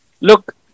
look